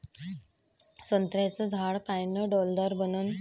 संत्र्याचं झाड कायनं डौलदार बनन?